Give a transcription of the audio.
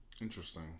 Interesting